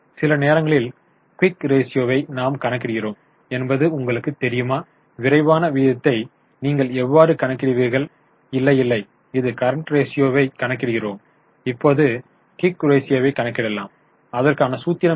சில நேரங்களில் குயிக் ரேஷியோவை நாம் கணக்கிடுகிறோம் என்பது உங்களுக்குத் தெரியுமா விரைவான விகிதத்தை நீங்கள் எவ்வாறு கணக்கிடுவீர்கள் இல்லை இல்லை இது கரண்ட் ரேஷியோவை கணக்கிடுகிறோம் இப்போது குயிக் ரேஷியோவை கணக்கிடலாம் அதற்கான சூத்திரம் என்ன